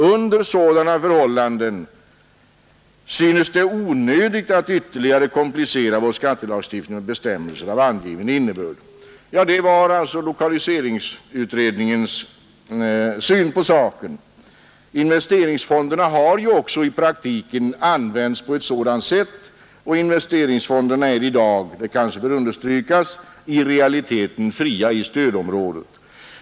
Under sådana förhållanden synes det onödigt att ytterligare komplicera vår skattelagstiftning med bestämmelser av angiven innebörd.” Det är alltså lokaliseringsutredningens syn på saken. Investeringsfonderna har ju också i praktiken använts på sådant sätt, och de är i dag, vilket kanske bör understrykas, i realiteten fria i stödområdet.